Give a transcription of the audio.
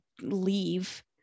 leave